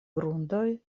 grundoj